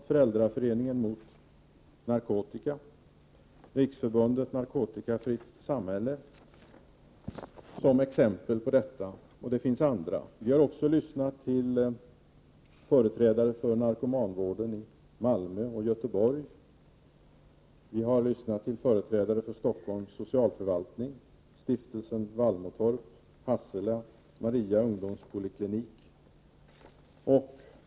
Föräldraföreningen Mot Narkotika och Riksförbundet Narkotikafritt Samhälle. Vi har också lyssnat till företrädare för narkomanvården i Malmö och Göteborg. Vi har lyssnat till företrädare för Stockholms socialförvaltning, Stiftelsen Vallmotorp, Hassela och Maria ungdomspoliklinik.